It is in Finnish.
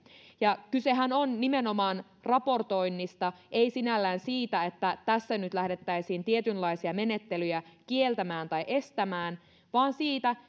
kysehän on nimenomaan raportoinnista ei sinällään siitä että tässä nyt lähdettäisiin tietynlaisia menettelyjä kieltämään tai estämään vaan siitä